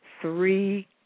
three